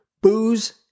Booze